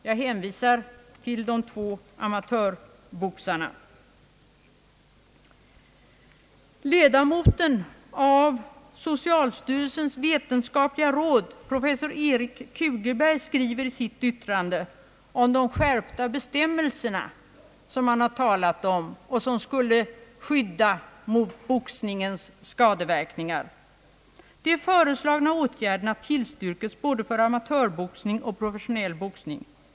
Jag hänvisar till de två amatörboxarna. Ledamoten av socialstyrelsens vetenskapliga råd professor Erik Kugelberg skriver i sitt yttrande om de skärpta bestämmelser som man har talat om och som skulle skydda mot boxningens skadeverkningar: »De föreslagna åtgärderna tillstyrkes både för amatörboxning och professionell boxning.